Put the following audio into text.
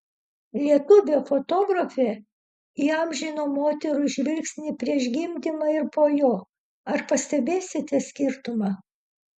lietuvė fotografė įamžino moterų žvilgsnį prieš gimdymą ir po jo ar pastebėsite skirtumą